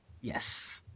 Yes